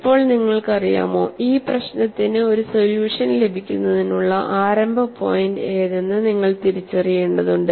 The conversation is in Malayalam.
ഇപ്പോൾ നിങ്ങൾക്കറിയാമോ ഈ പ്രശ്നത്തിന് ഒരു സൊല്യൂഷൻ ലഭിക്കുന്നതിനുള്ള ആരംഭ പോയിന്റ് ഏതെന്ന് നിങ്ങൾ തിരിച്ചറിയേണ്ടതുണ്ട്